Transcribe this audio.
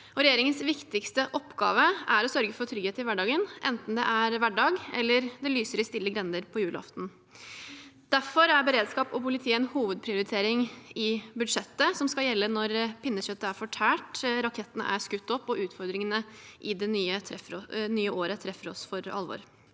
Regjeringens viktigste oppgave er å sørge for trygghet i hverdagen, enten det er hverdag eller «det lyser i stille grender» på julaften. Derfor er beredskap og politi en hovedprioritering i budsjettet som skal gjelde når pinnekjøttet er fortært, rakettene er skutt opp, og utfordringene i det nye året treffer oss for alvor.